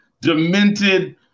demented